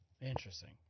Interesting